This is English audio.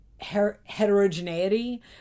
heterogeneity